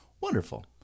Wonderful